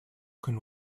can